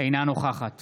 אינה נוכחת